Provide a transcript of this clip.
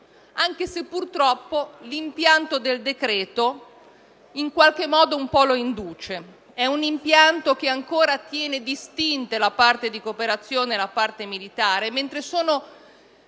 anche se purtroppo, l'impianto del decreto in qualche modo un po' la induce. È un impianto che ancora tiene distinte la parte della cooperazione dalla parte militare, mentre si